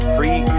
Free